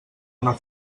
una